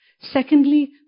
Secondly